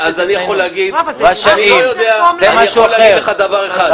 אני יכול להגיד לך דבר אחד.